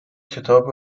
کتاب